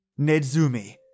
Nedzumi